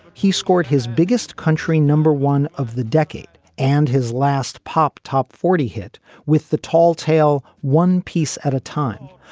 he scored his biggest country number one of the decade, and his last pop, top forty hit with the tall tale. one piece at a time,